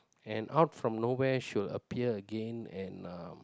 and out from nowhere she will appear again and um